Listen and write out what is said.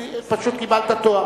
כי פשוט קיבלת תואר.